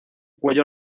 cuello